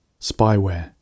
Spyware